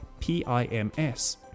PIMS